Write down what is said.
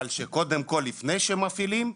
אבל לפני שמפעילים,